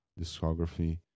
discography